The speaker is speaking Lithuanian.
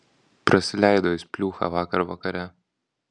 prasileido jis pliūchą vakar vakare